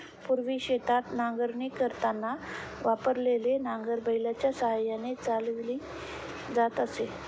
पूर्वी शेतात नांगरणी करताना वापरलेले नांगर बैलाच्या साहाय्याने चालवली जात असे